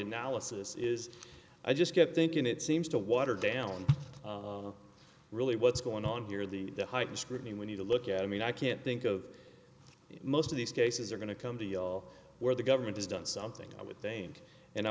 analysis is i just kept thinking it seems to water down really what's going on here the heightened scrutiny we need to look at i mean i can't think of most of these cases are going to come deal where the government has done something i would think and i